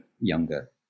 younger